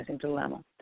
dilemma